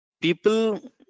people